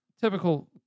typical